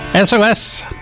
SOS